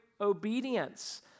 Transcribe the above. obedience